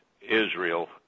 Israel